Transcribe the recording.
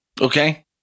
Okay